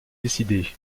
décidée